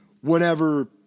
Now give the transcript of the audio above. Whenever